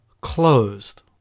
closed